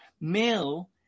Male